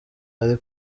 ari